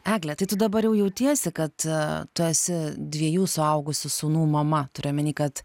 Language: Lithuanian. egle tai tu dabar jau jautiesi kad tu esi dviejų suaugusių sūnų mama turiu omeny kad